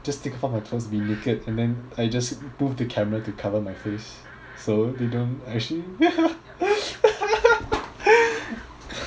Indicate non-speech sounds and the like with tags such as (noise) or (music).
just take off all my clothes be naked and then I just move the camera to cover my face so they don't actually (laughs)